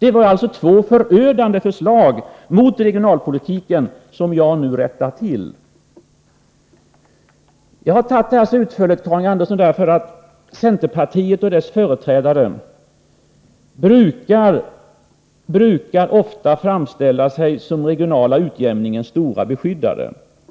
fattade de två för regionalpolitiken förödande beslut som jag nu rättar till. Jag har redogjort så här utförligt för detta, Karin Andersson, därför att centerpartiets företrädare ofta brukar framställa sig som den regionala utjämningens stora beskyddare.